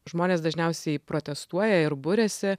žmonės dažniausiai protestuoja ir buriasi